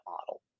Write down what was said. model